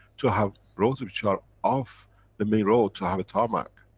to have roads which are off the main road, to have a tarmac.